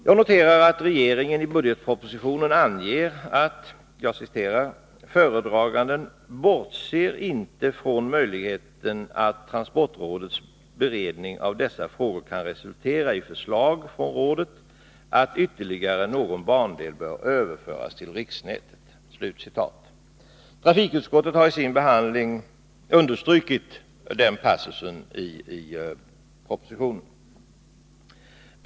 Jag noterar att regeringen i budgetpropositionen säger: ”Föredraganden bortser inte från möjligheten att transportrådets beredning av dessa frågor kan resultera i förslag från rådet att ytterligare någon bandel bör överföras till riksnätet.” Trafikutskottet har i sin behandling av ärendet understrukit denna passus i propositionen.